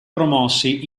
promosse